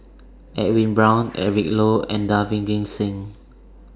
Edwin Brown Eric Low and Davinder Singh